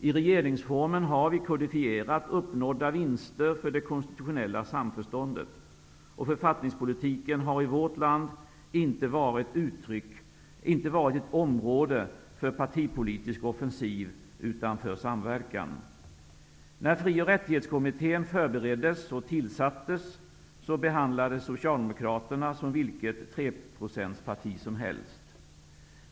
I regeringingsformen har vi kodifierat uppnådda vinster för det konstitutionella samförståndet. Författningspolitiken har i vårt land inte varit ett område för partipolitisk offensiv utan för samverkan. När Fri och rättighetskommittén förbereddes och tillsattes behandlades Socialdemokraterna som vilket treprocentsparti som helst.